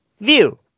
view